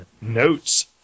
Notes